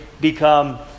become